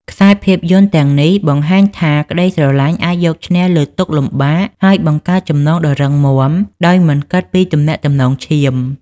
ខ្សែភាពយន្តទាំងនេះបង្ហាញថា ក្ដីស្រឡាញ់អាចយកឈ្នះលើទុក្ខលំបាក ហើយបង្កើតចំណងដ៏រឹងមាំដោយមិនគិតពីទំនាក់ទំនងឈាម។